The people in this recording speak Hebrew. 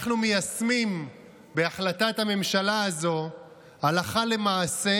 אנחנו מיישמים בהחלטת הממשלה הזו הלכה למעשה